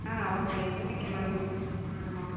ஆ okay இருக்குது ma'am ஆமாம்